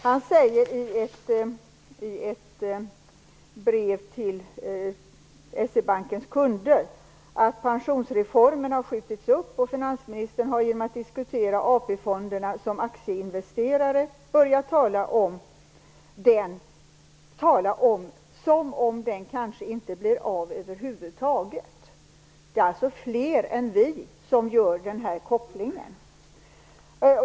Han säger i ett brev till S-E-Bankens kunder att pensionsreformen har skjutits upp och finansministern har genom att diskutera AP-fonderna som aktieinvesterare börjat tala som om den kanske inte blir av över huvud taget. Det är alltså fler än vi som gör den här kopplingen.